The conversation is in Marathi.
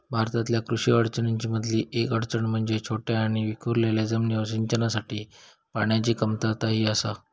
भारतातल्या कृषी अडचणीं मधली येक अडचण म्हणजे छोट्या आणि विखुरलेल्या जमिनींवर सिंचनासाठी पाण्याची कमतरता ही आसा